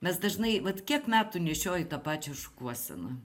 mes dažnai vat kiek metų nešioju tą pačią šukuoseną